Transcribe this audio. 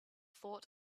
thought